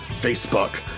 Facebook